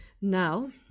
now